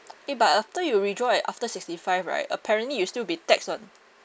eh but after you withdraw at after sixty-five right apparently you'll still be taxed [one]